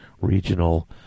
Regional